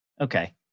Okay